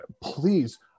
please